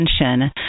attention